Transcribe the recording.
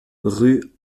rue